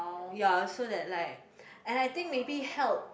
ya so that like and I think maybe help